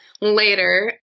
later